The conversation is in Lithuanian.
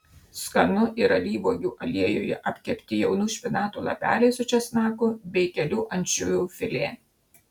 skanu ir alyvuogių aliejuje apkepti jaunų špinatų lapeliai su česnaku bei kelių ančiuvių filė